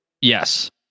Yes